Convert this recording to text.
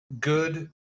good